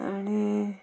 आनी